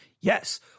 Yes